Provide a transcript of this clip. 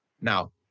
Now